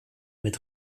mit